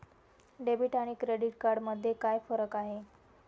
Debit आणि credit card मध्ये काय फरक आहे?